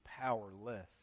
powerless